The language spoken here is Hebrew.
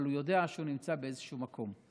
אבל הוא יודע שהוא נמצא באיזשהו מקום,